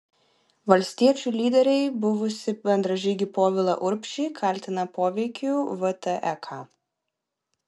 valstiečių lyderiai buvusį bendražygį povilą urbšį kaltina poveikiu vtek